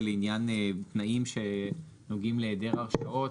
לעניין תנאים שנוגעים להיעדר הרשאות,